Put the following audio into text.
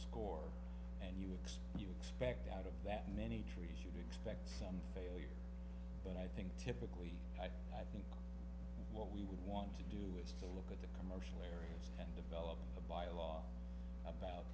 score and you would you expect out of that many trees you'd expect some failures but i think typically i think what we would want to do is to look at the commotion layers and develop a bylaw about